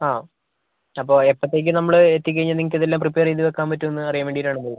ആ അപ്പം എപ്പോഴത്തേക്ക് നമ്മൾ എത്തിക്കഴിഞ്ഞാൽ നിങ്ങൾക്കിതെല്ലാം പ്രിപ്പേറ് ചെയ്ത് വെക്കാൻ പറ്റുമെന്ന് അറിയാൻ വേണ്ടീട്ടാണ് അത്